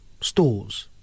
stores